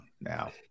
now